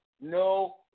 No